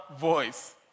voice